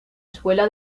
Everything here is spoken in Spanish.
escuela